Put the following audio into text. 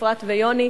אפרת ויוני.